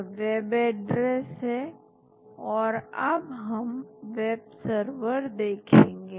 यह web address है और अब हम वेब सर्वर देखेंगे